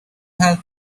help